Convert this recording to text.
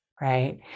right